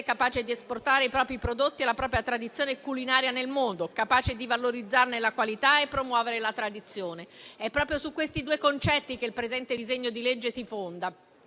capace di esportare i propri prodotti e la propria tradizione culinaria nel mondo, capace di valorizzarne la qualità e promuovere la tradizione. È proprio su questi due concetti che il presente disegno di legge si fonda: